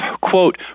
quote